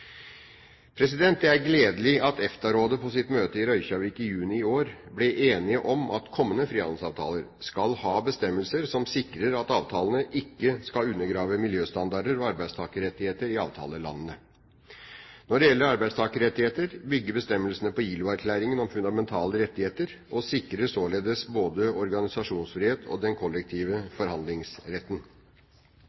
Det er gledelig at EFTA-rådet på sitt møte i Reykjavik i juni i år ble enige om at kommende frihandelsavtaler skal ha bestemmelser som sikrer at avtalene ikke skal undergrave miljøstandarder og arbeidstakerrettigheter i avtalelandene. Når det gjelder arbeidstakerrettigheter, bygger bestemmelsene på ILO-erklæringen om fundamentale rettigheter og sikrer således både organisasjonsfrihet og den kollektive